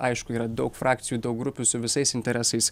aišku yra daug frakcijų daug grupių su visais interesais